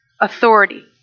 authority